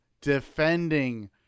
defending